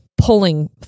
pulling